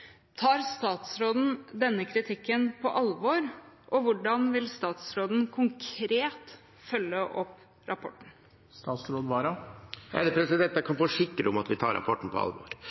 tar statsråden denne kritikken på alvor? Og hvordan vil statsråden konkret følge opp rapporten? Jeg kan forsikre om at vi tar rapporten på alvor.